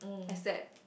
except